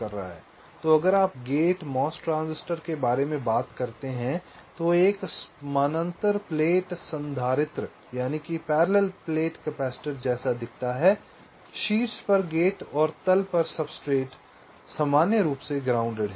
तो अगर आप गेट MOS ट्रांजिस्टर के बारे में बात करते हैं तो एक समानांतर प्लेट संधारित्र जैसा दिखता है शीर्ष पर गेट और तल पर सब्सट्रेट सब्सट्रेट सामान्य रूप से ग्राउंडेड है